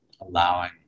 allowing